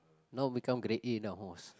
now become grade A horse